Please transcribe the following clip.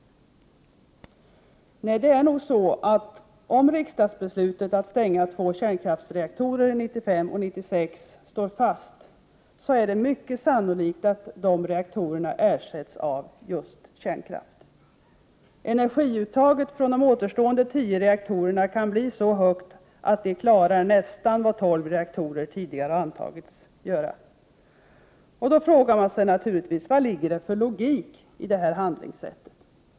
Nej, om riksdagsbeslutet att stänga två kärnkraftsreaktorer 1995 och 1996 står fast är det mycket sannolikt att dessa reaktorer ersätts av just kärnkraft. Energiuttaget från de återstående tio reaktorerna kan bli så stort att de klarar nästan vad tolv reaktorer tidigare har antagits göra. Då frågar man sig naturligtvis: Vad finns det för logik i detta handlingssätt?